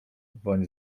woń